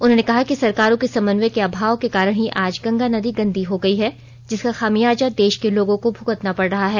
उन्होंने कहा कि सरकारों के समन्वय के अभाव के कारण ही आज गंगा नदी गंदी हो गयी है जिसका खामियाजा देष के लोगों को भुगतना पड़ रहा है